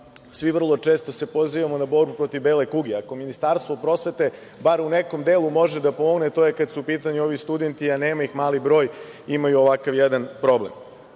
svi vrlo često se pozivamo na borbu protiv bele kuge. Ako Ministarstvo prosvete bar u nekom delu može da pomogne, to je kada su u pitanju ovi studenti, a nema ih mali broj, imaju ovakav jedan problem.